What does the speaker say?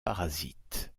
parasite